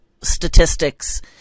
statistics